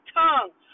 tongue